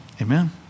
Amen